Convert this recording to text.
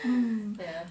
um ya